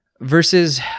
Versus